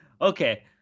Okay